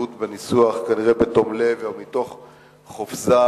שכמובן תיעשה בקריאה השנייה ובקריאה השלישית,